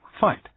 fight